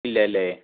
ഇല്ല അല്ലേ